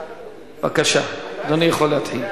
בבקשה, אדוני יכול להתחיל.